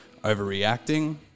overreacting